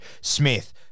Smith